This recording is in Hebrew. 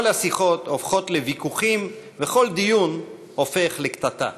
כל השיחות הופכות לוויכוחים וכל דיון הופך לקטטה.